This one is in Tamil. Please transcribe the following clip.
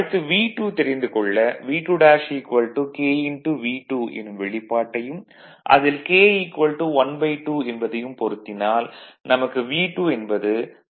அடுத்து V2 தெரிந்து கொள்ள V2 K V2 எனும் வெளிப்பாட்டையும் அதில் K 12 என்பதையும் பொருத்தினால் நமக்கு V2 என்பது 386